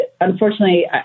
unfortunately